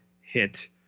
hit